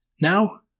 now